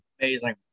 Amazing